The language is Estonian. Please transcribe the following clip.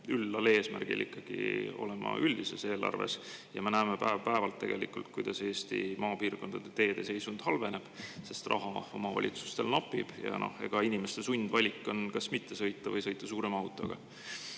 üllal eesmärgil olema ikkagi üldises eelarves. Samas me näeme tegelikult päev-päevalt, kuidas Eesti maapiirkondade teede seisund halveneb, sest raha omavalitsustel napib ja inimeste sundvalik on kas mitte sõita või sõita suurema autoga